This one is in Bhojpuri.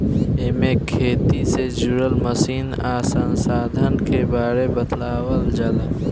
एमे खेती से जुड़ल मशीन आ संसाधन के बारे बतावल जाला